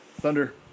Thunder